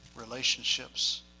relationships